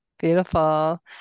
Beautiful